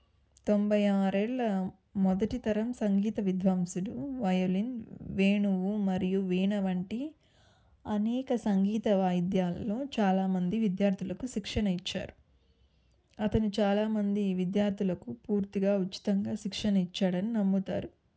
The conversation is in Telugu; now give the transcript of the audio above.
తొంభై ఆరేళ్ళ మొదటి తరం సంగీత విద్వాంసుడు వయోలిన్ వేణువు మరియు వీణ వంటి అనేక సంగీత వాయిద్యాలలో చాలామంది విద్యార్థులకు శిక్షణ ఇచ్చారు అతను చాలామంది విద్యార్థులకు పూర్తిగా ఉచితంగా శిక్షణ ఇచ్చాడని నమ్ముతారు